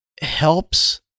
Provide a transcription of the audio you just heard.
helps